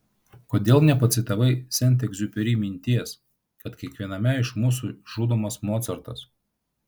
kodėl nepacitavai sent egziuperi minties kad kiekviename iš mūsų žudomas mocartas